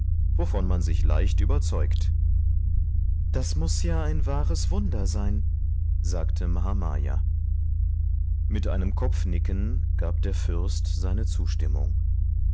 wovon man sich leicht überzeugt das muß ja ein wahres wunder sein sagte mahamaya mit einem kopfnicken gab der fürst seine zustimmung